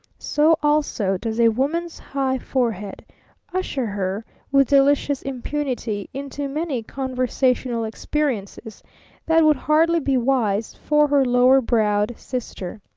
so also does a woman's high forehead usher her with delicious impunity into many conversational experiences that would hardly be wise for her lower-browed sister.